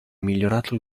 migliorato